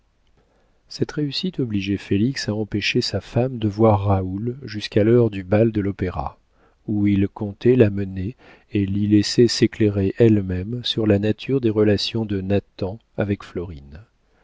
réussite obligeait félix à empêcher sa femme de voir raoul jusqu'à l'heure du bal de l'opéra où il comptait la mener et l'y laisser s'éclairer elle-même sur la nature des relations de nathan avec florine